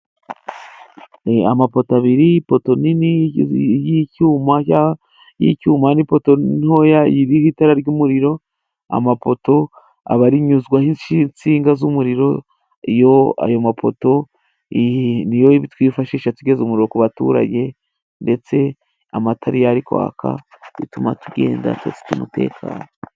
ni amapoto abiri, ipoto nini y'icyuma n'ipoto ntoya iriho itara ry'umuriro; amapoto aba anyuzwaho insinga z'umuriro, iyo ayo mapoto niyo twifashisha tugeza umuriro ku baturage ndetse amatara iyo ari kwaka bituma tugenda dufite umutekano.